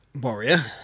Warrior